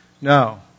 No